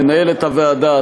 מנהלת הוועדה,